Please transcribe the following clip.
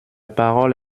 parole